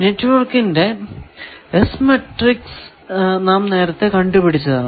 നെറ്റ്വർക്കിന്റെ S matrix നാം നേരത്തെ കണ്ടുപിടിച്ചതാണ്